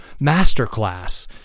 masterclass